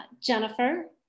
jennifer